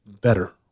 better